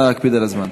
נא להקפיד על הזמן.